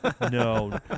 No